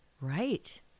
Right